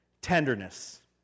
tenderness